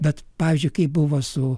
bet pavyzdžiui kaip buvo su